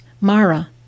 Mara